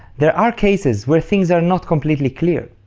there are cases where things are not completely clear.